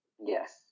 Yes